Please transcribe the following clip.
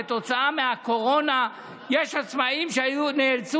כתוצאה מהקורונה יש עצמאים שנאלצו